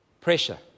Pressure